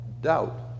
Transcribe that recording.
doubt